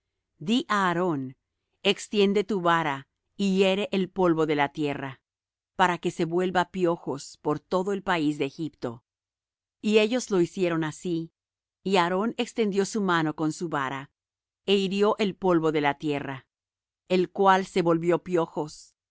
di á aarón extiende tu vara y hiere el polvo de la tierra para que se vuelva piojos por todo el país de egipto y ellos lo hicieron así y aarón extendió su mano con su vara é hirió el polvo de la tierra el cual se volvió piojos